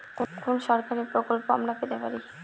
কোন সরকারি প্রকল্প আমরা পেতে পারি কি?